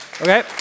okay